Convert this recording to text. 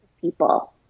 people